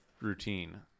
routine